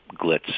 glitz